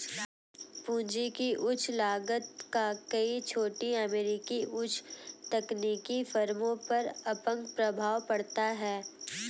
पूंजी की उच्च लागत का कई छोटी अमेरिकी उच्च तकनीकी फर्मों पर अपंग प्रभाव पड़ता है